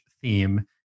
theme